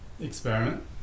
experiment